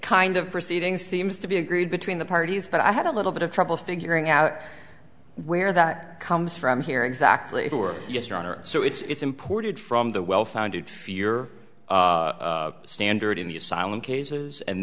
kind of proceedings seems to be agreed between the parties but i had a little bit of trouble figuring out where that comes from here exactly yes your honor so it's imported from the well founded fear standard in the asylum cases and